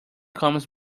comes